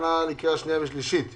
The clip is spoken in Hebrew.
הכנה לקריאה שנייה ושלישית (מ/1385).